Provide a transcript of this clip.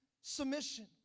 submission